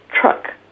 truck